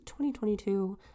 2022